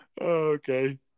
Okay